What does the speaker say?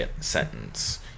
sentence